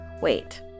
Wait